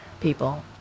people